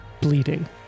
bleeding